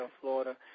Florida